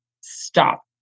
stop